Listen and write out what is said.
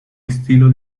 estilo